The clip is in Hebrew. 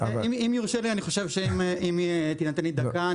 אם תינתן לי דקה,